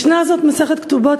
המשנה הזאת ממסכת כתובות,